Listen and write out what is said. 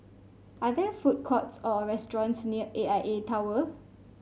are there food courts or restaurants near A I A Tower